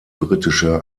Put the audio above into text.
britische